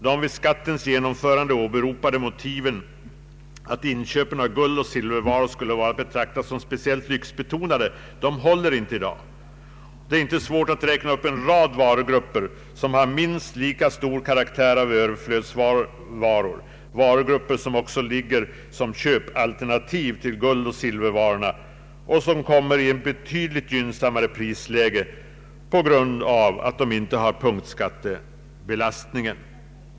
De vid skattens genomförande åberopade motiven, att inköpen av guldoch silvervaror skulle vara att betrakta som speciellt lyxbetonade, håller inte i dag. Det är inte svårt att räkna upp en rad varugrupper som har minst lika tydlig karaktär av överflödsvaror — varugrupper som också är köpalternativ till guldoch silvervarorna och som kommer i ett betydligt gynnsammare prisläge än dessa på grund av att de inte har punktskattebelastningen.